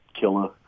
killer